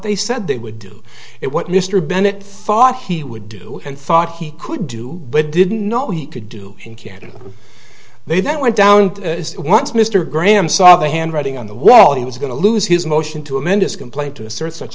they said they would do it what mr bennett thought he would do and thought he could do but didn't know he could do in canada they then went down to once mr graham saw the handwriting on the wall he was going to lose his motion to amend his complaint to assert such